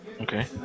Okay